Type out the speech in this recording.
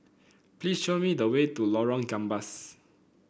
please show me the way to Lorong Gambas